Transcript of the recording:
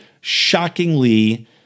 shockingly